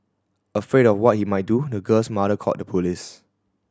afraid of what he might do the girl's mother called the police